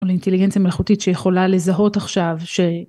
אינטליגנציה מלאכותית שיכולה לזהות עכשיו ש..